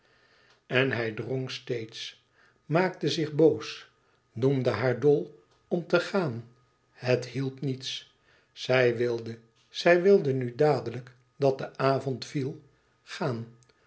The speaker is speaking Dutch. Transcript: en hij drong steeds maakte zich boos noemde haar dol om te gaan het hielp niets zij wilde zij wilde nu dadelijk dat de avond viel gaan